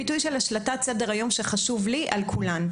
פיתוי של השלטת סדר היום שחשוב לי על כולן,